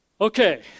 Okay